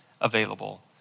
available